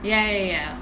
ya ya ya